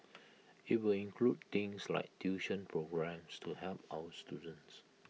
IT will include things like tuition programmes to help our students